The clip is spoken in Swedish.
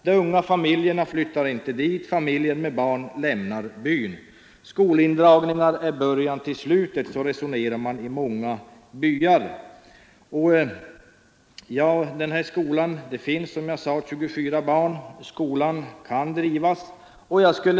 De unga familjerna flyttar inte dit och familjer med barn lämnar byn. Man resonerar i många byar så att skolindragningen är början till slutet. Det finns, som jag sade, 24 barn i den aktuella skolan, och den skulle kunna drivas även i fortsättningen.